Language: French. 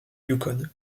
yukon